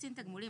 קצין תגמולים,